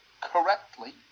correctly